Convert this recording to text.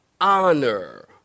honor